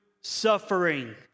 suffering